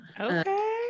Okay